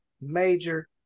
major